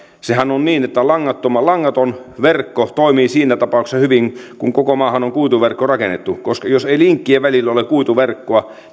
sehän on niin että langaton verkko toimii siinä tapauksessa hyvin kun koko maahan on kuituverkko rakennettu koska jos ei linkkiasemien välillä ole kuituverkkoa